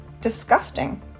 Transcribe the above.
disgusting